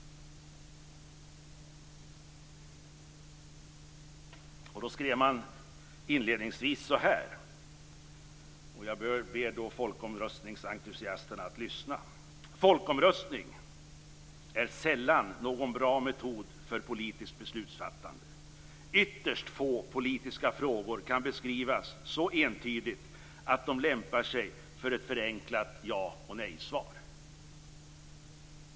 Då skrev man inledningsvis så här, och jag ber folkomröstningsentusiasterna att lyssna: "Folkomröstning är sällan någon bra metod för politiskt beslutsfattande. Ytterst få politiska frågor kan beskrivas så entydigt att de lämpar sig för ett förenklat ja eller nejsvar."